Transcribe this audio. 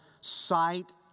sight